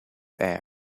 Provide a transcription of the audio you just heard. air